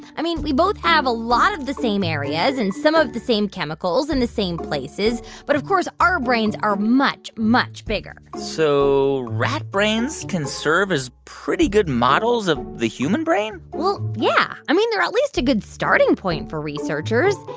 i mean, we both have a lot of the same areas and some of the same chemicals in the same places. but, of course, our brains are much, much bigger so rat brains can serve as pretty good models of the human brain? well, yeah. i mean, they're at least a good starting point for researchers.